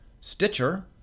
stitcher